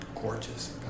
gorgeous